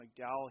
McDowell